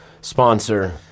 sponsor